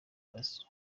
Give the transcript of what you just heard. kazi